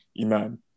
iman